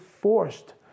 forced